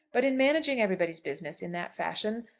but in managing everybody's business in that fashion,